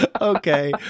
okay